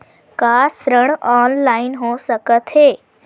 का ऋण ऑनलाइन हो सकत हे?